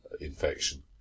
infection